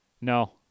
no